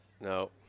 no